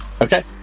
Okay